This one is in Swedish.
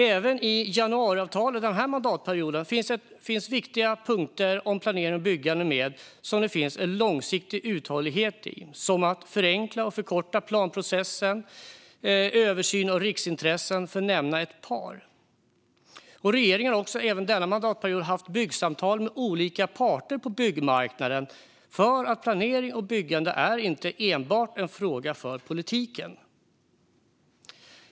Denna mandatperiod finns det även i januariavtalet med ett antal viktiga punkter om planering och byggande med långsiktig uthållighet, såsom en förenklad och förkortad planprocess och översyn av riksintressena, för att nämna ett par. Regeringen har också denna mandatperiod haft byggsamtal med olika parter på byggmarknaden, för planering och byggande är inte enbart en fråga för politiken.